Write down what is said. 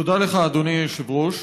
תודה לך, אדוני היושב-ראש.